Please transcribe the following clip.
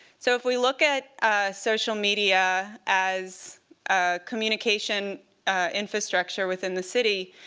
so if we look at social media as a communication infrastructure within the city,